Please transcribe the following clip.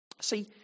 See